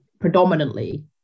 predominantly